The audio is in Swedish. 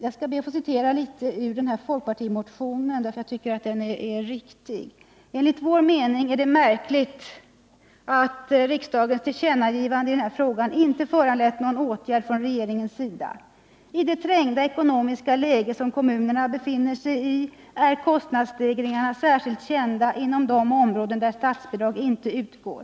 Jag skall be att få citera litet ur folkpartimotionen: ”Enligt vår mening är det märkligt att riksdagens tillkännagivande i denna fråga inte föranlett någon åtgärd från regeringens sida. I det trängda ekonomiska läge som kommunerna befinner sig i är kostnadsstegringarna särskilt kännbara inom de områden där statsbidrag inte utgår.